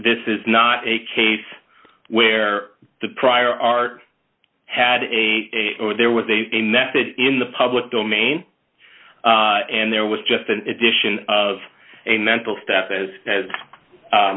this is not a case where the prior art had a or there was a method in the public domain and there was just an addition of a mental step as